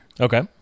Okay